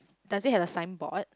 does it had a signboard